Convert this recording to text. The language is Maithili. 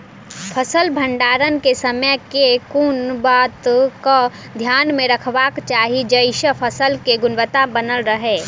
फसल भण्डारण केँ समय केँ कुन बात कऽ ध्यान मे रखबाक चाहि जयसँ फसल केँ गुणवता बनल रहै?